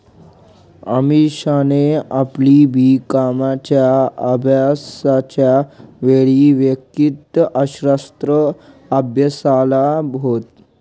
अमीषाने आपली बी कॉमच्या अभ्यासाच्या वेळी वैयक्तिक अर्थशास्त्र अभ्यासाल होत